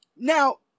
Now